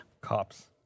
Cops